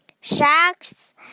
Sharks